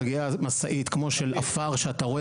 מגיעה משאית כמו של עפר שאתה רואה,